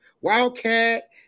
Wildcat